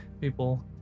people